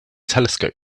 telescope